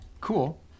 cool